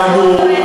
כאמור,